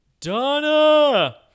Donna